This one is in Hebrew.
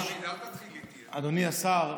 אדוני השר,